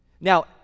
Now